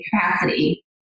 capacity